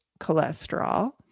cholesterol